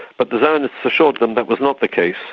but the zionists assured them that was not the case,